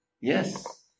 Yes